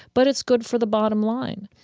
but it's good for the bottom line.